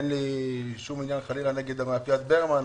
אין לי עניין חלילה נגד מאפיית ברמן,